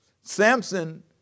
Samson